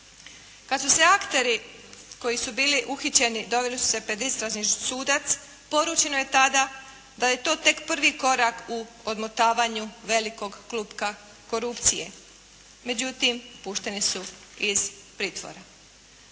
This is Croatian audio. Kada su se akteri koji su bili uhićeni, doveli su se pred Istražni sud, poručeno je tada da je to tek prvi korak u odmotavanju velikog klupka korupcije. Međutim, pušeni su iz pritvora.